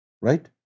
right